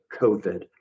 covid